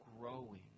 growing